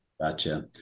Gotcha